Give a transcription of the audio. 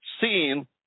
seen